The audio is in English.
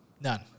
none